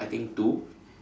I think two